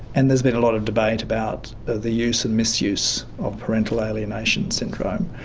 and there's been a lot of debate about the use and misuse of parental alienation syndrome.